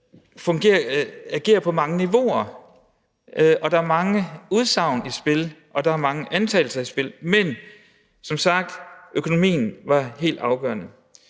agerer på mange niveauer, og der er mange udsagn i spil, og der er mange antagelser i spil, men som sagt var økonomien helt afgørende.